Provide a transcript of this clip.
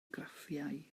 graffiau